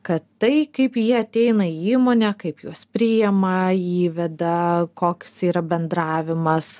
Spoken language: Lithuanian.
kad tai kaip jie ateina į įmonę kaip juos priima įveda koks yra bendravimas